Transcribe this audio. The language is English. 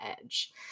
edge